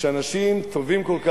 שאנשים טובים כל כך,